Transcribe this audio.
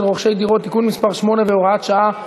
רוכשי דירות) (תיקון מס' 8 והוראת שעה),